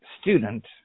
student